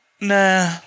nah